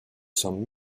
some